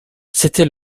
c’était